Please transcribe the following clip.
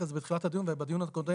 בדיון הקודם,